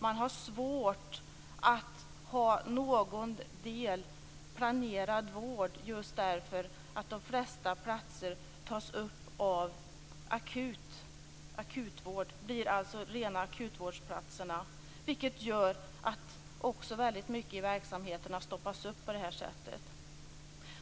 Man har svårt att ha någon planerad vård, just därför att de flesta platser tas upp av akutvård. Det blir alltså rena akutvårdsplatserna. Det gör att väldigt mycket i verksamheten har stoppats upp.